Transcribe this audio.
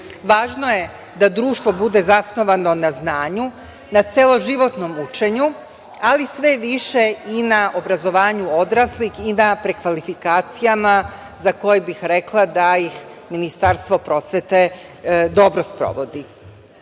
važno je da društvo bude zasnovano na znanju, na celoživotnom učenju, ali sve više i na obrazovanju odraslih i na prekvalifikacijama za koje bih rekla da ih Ministarstvo prosvete dobro sprovodi. Očekujem